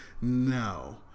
No